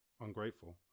ungrateful